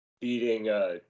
beating